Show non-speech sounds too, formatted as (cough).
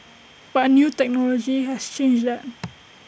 but new technology has changed that (noise)